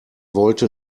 wollte